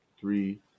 three